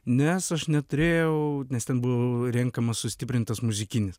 nes aš neturėjau nes ten buvo renkamas sustiprintas muzikinis